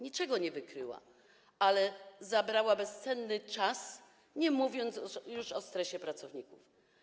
Niczego nie wykryło, ale zabrało bezcenny czas, nie mówiąc już o stresie pracowników.